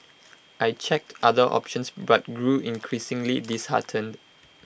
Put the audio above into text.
I checked other options but grew increasingly disheartened